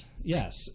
Yes